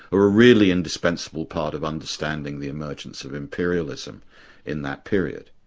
were a really indispensible part of understanding the emergence of imperialism in that period.